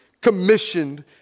commissioned